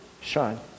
Shine